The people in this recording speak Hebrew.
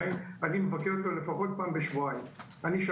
אני מבקר אותו לפחות פעם בשבועיים.